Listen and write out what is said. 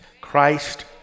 Christ